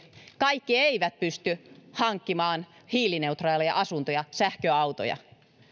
kaikki eivät pysty hankkimaan hiilineutraaleja asuntoja ja sähköautoja